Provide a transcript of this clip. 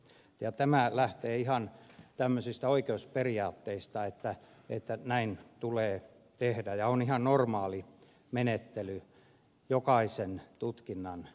tämä lähtee ihan tämmöisistä oikeusperiaatteista että näin tulee tehdä ja se on ihan normaali menettely jokaisen tutkinnan osalta